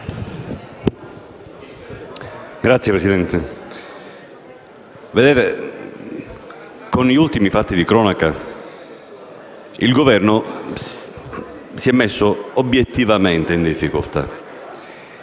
Signor Presidente, con gli ultimi fatta di cronaca il Governo si è messo obiettivamente in difficoltà.